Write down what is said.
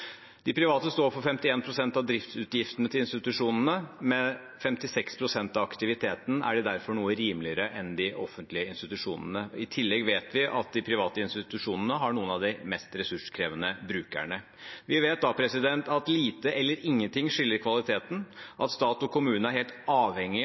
De private står for 51 pst. av driftsutgiftene til institusjonene. Med 56 pst. av aktiviteten er de derfor noe rimeligere enn de offentlige institusjonene. I tillegg vet vi at de private institusjonene har noen av de mest ressurskrevende brukerne. Vi vet da at lite eller ingenting